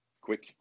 quick